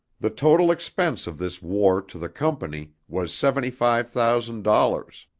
the total expense of this war to the company was seventy five thousand dollars,